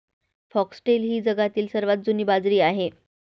foxtail ही जगातील सर्वात जुनी बाजरी आहे